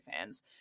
fans